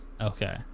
okay